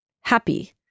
happy